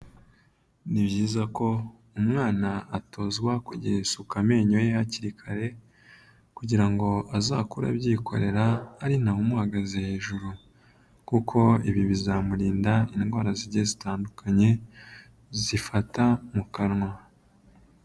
Ni byiza ko umwana atozwa kugirira isuku amenyo ye hakiri kare, kugira ngo azakure abyikorera, ari nta wumuhagaze hejuru. Kuko ibi bizamurinda indwara zigiye zitandukanye, zifata mu kanwa.